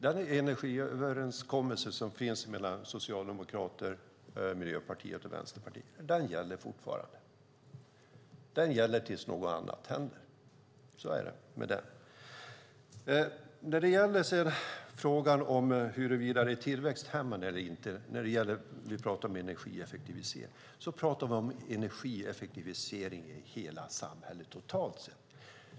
Den energiöverenskommelse som finns mellan Socialdemokraterna, Miljöpartiet och Vänsterpartiet gäller fortfarande, och den gäller tills något annat händer. När det gäller huruvida det är tillväxthämmande eller inte med energieffektivisering talar vi om energieffektivisering i hela samhället.